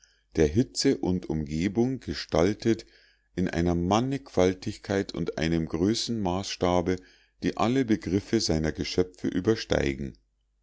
der hitze und umgebung gestaltet in einer mannigfaltigkeit und einem größenmaßstabe die alle begriffe seiner geschöpfe übersteigen